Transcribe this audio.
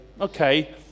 okay